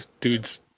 dude's